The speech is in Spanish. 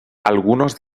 algunos